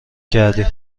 کردی